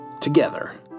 together